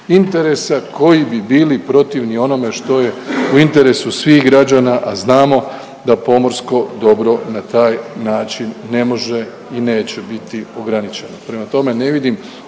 interesa koji bi bili protivni onome što je u interesu svih građana a znamo da pomorsko dobro na taj način ne može i neće biti ograničeno. Prema tome, ne vidim